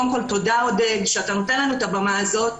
קודם כל תודה, עודד, שאתה נותן לנו את הבמה הזאת.